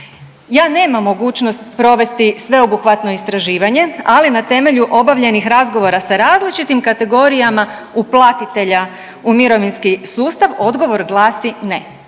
Ja nemam mogućnost provesti sveobuhvatno istraživanje, ali na temelju obavljenih razgovora sa različitim kategorijama uplatitelja u mirovinski sustav odgovor glasi ne.